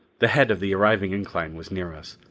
the head of the arriving incline was near us.